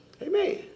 Amen